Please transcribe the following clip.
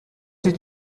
did